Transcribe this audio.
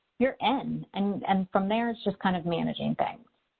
you're in. and and from there, it's just kind of managing things.